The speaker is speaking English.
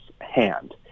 hand